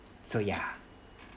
so ya